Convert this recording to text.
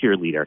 cheerleader